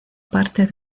parte